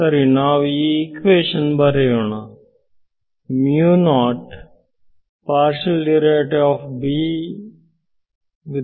ಸರಿ ನಾವು ಈ ಇಕ್ವೇಶನ್ ಬರೆಯೋಣ ಆದ್ದರಿಂದ